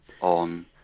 on